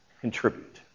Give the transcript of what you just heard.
contribute